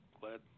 glad